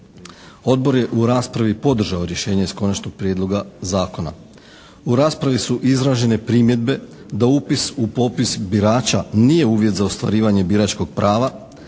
Odbor je u raspravi podržao rješenje s Konačnog prijedloga zakona. U raspravi su izražene primjedbe da upis u popis birača nije uvjet za ostvarivanje biračkog prava,